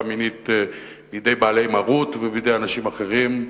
מינית בידי בעלי מרות ובידי אנשים אחרים.